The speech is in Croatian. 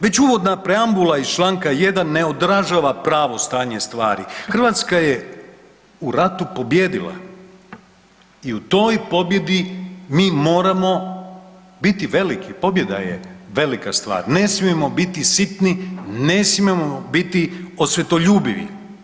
Već uvodna preambula iz čl. 1. ne održava pravo stanje stvari, Hrvatska je u ratu pobijedila i u toj pobjedi, mi moramo biti velika, pobjeda je velika stvar, ne smijemo biti sitni, ne smijemo biti osvetoljubivi.